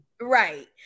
Right